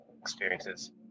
experiences